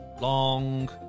Long